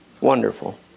Wonderful